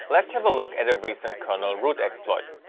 let's have a look at recent kernel root exploit.